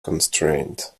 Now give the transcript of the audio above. constraint